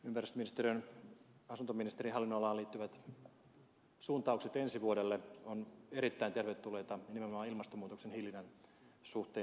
ympäristöministeriön asuntoministerin hallinnonalaan liittyvät suuntaukset ensi vuodelle ovat erittäin tervetulleita ja nimenomaan ilmastonmuutoksen hillinnän suhteen